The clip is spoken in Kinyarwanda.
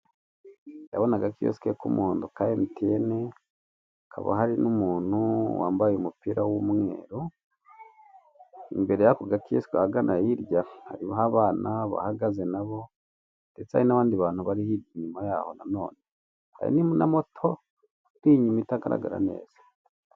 Ndabona agakiyoseke k'umuhondo ka emutiyeni hakaba hari n'umuntu wambaye umupira w'umweru, imbere y'ako gakiyosike ahagana hirya hariho abana bahagaze nabo ndetse hari n'abandi bantu bari hirya inyuma yaho nanone, hari na moto iri inyuma itagaragara neza.